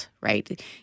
Right